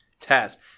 test